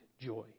joy